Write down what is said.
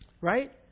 Right